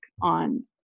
on